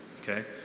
okay